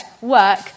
work